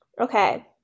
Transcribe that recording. Okay